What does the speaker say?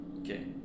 okay